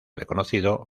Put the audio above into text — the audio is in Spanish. reconocido